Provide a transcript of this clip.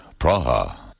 Praha